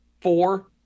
four